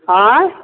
आँय